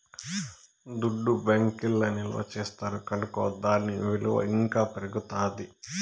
దుడ్డు బ్యాంకీల్ల నిల్వ చేస్తారు కనుకో దాని ఇలువ ఇంకా పెరుగుతాది